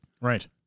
Right